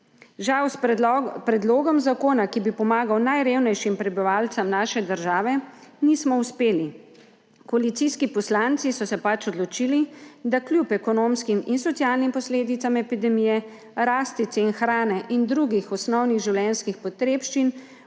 Žal s predlogom zakona, ki bi pomagal najrevnejšim prebivalcem naše države, nismo uspeli. Koalicijski poslanci so se pač odločili, da kljub ekonomskim in socialnim posledicam epidemije, rasti cen hrane in drugih osnovnih življenjskih potrebščin